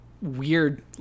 weird